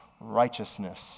righteousness